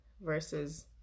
versus